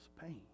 pain